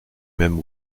même